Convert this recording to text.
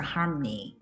Harmony